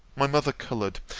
my mother coloured,